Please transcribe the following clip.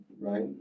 Right